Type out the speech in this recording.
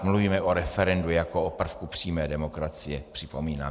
Mluvíme o referendu jako o prvku přímé demokracie, připomínám.